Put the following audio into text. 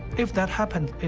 if that happens,